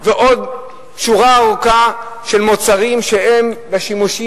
ועוד שורה ארוכה של מוצרים שהם שימושיים